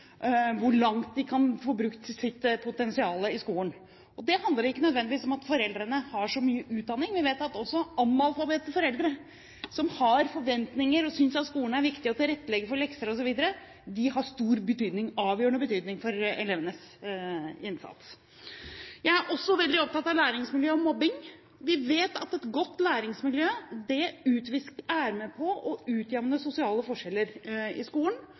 hvor langt de kan få brukt sitt potensial i skolen. Det handler ikke nødvendigvis om at foreldrene har så mye utdanning. Vi vet at også foreldre som er analfabeter, har forventninger og synes at skolen er viktig for å tilrettelegge for lekser osv. De har avgjørende betydning for elevenes innsats. Jeg er også veldig opptatt av læringsmiljø og mobbing. Vi vet at et godt læringsmiljø er med på å utjevne sosiale forskjeller i skolen.